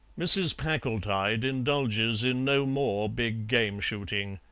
mrs. packletide indulges in no more big-game shooting.